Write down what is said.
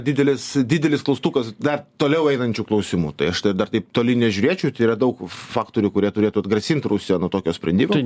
didelis didelis klaustukas dar toliau einančių klausimų tai aš dar taip toli nežiūrėčiau tai yra daug faktorių kurie turėtų atgrasint rusiją nuo tokio sprendimo